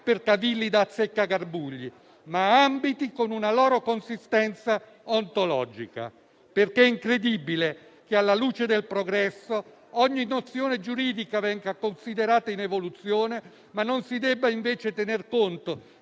per cavilli da azzeccagarbugli, ma ambiti con una loro consistenza ontologica. Perché è incredibile che alla luce del progresso ogni nozione giuridica venga considerata in evoluzione ma non si debba invece tener conto